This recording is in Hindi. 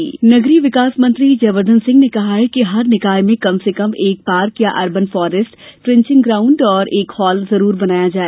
जयवर्धन नगरीय विकास मंत्री जयवर्धन सिंह ने कहा है कि हर निकाय में कम से कम एक पार्क या अर्बन फारेस्ट ट्रेचिंग ग्राउण्ड और एक हॉल जरूर बनाया जाए